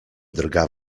drga